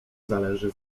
zależy